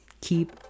Keep